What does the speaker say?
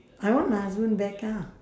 I want my husband back ah